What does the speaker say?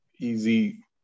Easy